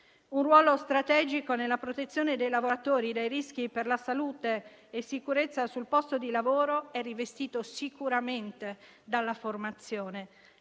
Un ruolo strategico nella protezione dei lavoratori dai rischi per la salute e sicurezza sul posto di lavoro è rivestito sicuramente dalla formazione,